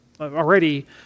already